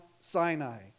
Sinai